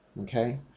okay